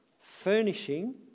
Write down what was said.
furnishing